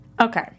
Okay